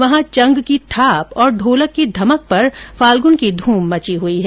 वहां चंग की थाप और ढोलक की धमक पर फाल्गुन की ध्यम मची हुई है